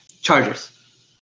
Chargers